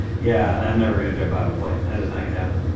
yeah, i'm never going to jump out of a plane. that's just not gonna happen.